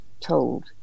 told